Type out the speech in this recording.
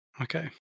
Okay